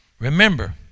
Remember